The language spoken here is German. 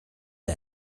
der